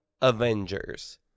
Avengers